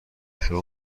شما